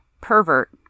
pervert